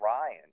Ryan